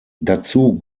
dazu